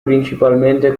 principalmente